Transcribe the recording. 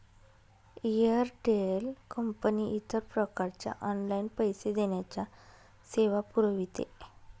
Airtel कंपनी इतर प्रकारच्या ऑनलाइन पैसे देण्याच्या सेवा पुरविते